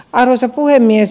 arvoisa puhemies